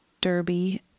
derby